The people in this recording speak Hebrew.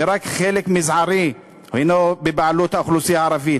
ורק חלק מזערי הוא בבעלות האוכלוסייה הערבית.